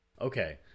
okay